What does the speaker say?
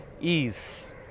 ease